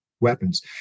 weapons